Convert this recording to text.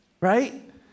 Right